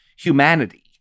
humanity